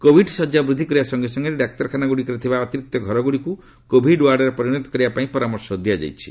Covid ଶଯ୍ୟା ବୃଦ୍ଧି କରିବା ସଙ୍ଗେ ସଙ୍ଗେ ଡାକ୍ତରଖାନାଗୁଡିକରେ ଥିବା ଅତିରିକ୍ତ ଘରଗୁଡିକୁ କୋଭିଡ ୱାର୍ଡରେ ପରିଣତ କରିବା ପାଇଁ ପରାମର୍ଶ ଦିଆଯାଇଛି